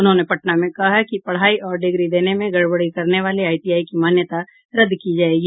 उन्होंने पटना में कहा कि पढ़ाई और डिग्री देने में गड़बड़ी करने वाले आईटीआई की मान्यता रद्द की जायेगी